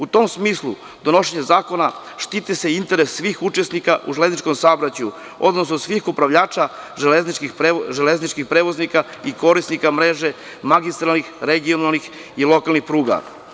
U tom smislu, donošenjem zakona štiti se interes svih učesnika u železničkom saobraćaju, odnosno svih upravljača železničkih prevoznika i korisnika mreže, magistralnih, regionalnih, i lokalnih pruga.